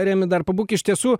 remi dar pabūk iš tiesų